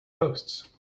posts